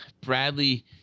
bradley